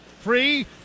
free